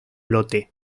lote